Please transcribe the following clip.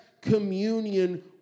communion